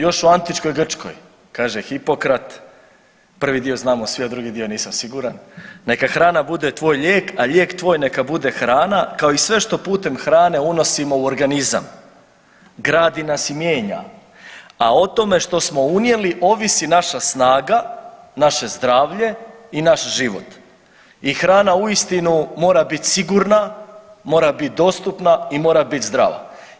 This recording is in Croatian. Još u antičkoj Grčkoj kaže Hipokrat, prvi dio znamo svi, a drugi dio nisam siguran „Neka hrana bude tvoj lijek, a lijek tvoj neka bude hrana“, kao i sve što putem hrane unosimo u organizam gradi nas i mijenja, a o tome što smo unijeli ovisi naša snaga, naše zdravlje i naš život i hrana uistinu mora bit sigurna, mora bit dostupna i mora bit zdrava.